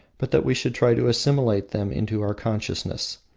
but that we should try to assimilate them into our consciousness.